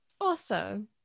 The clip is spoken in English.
awesome